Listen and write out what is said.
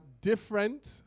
different